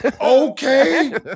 okay